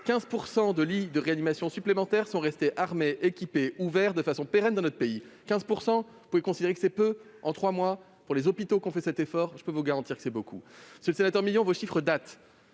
15 % de lits de réanimation supplémentaires ont été ouverts de façon pérenne dans notre pays. Vous pouvez considérer que c'est peu, mais, pour les hôpitaux qui ont fait cet effort en trois mois, je peux vous garantir que c'est beaucoup ! Monsieur le sénateur Milon, vos chiffres datent